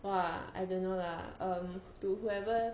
!wah! I don't know lah to whoever